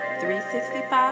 365